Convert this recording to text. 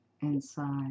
inside